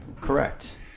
Correct